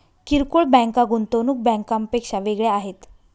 किरकोळ बँका गुंतवणूक बँकांपेक्षा वेगळ्या आहेत